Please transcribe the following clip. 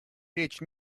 речь